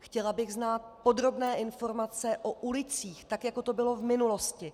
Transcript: Chtěla bych znát podrobné informace o ulicích, tak jako to bylo v minulosti.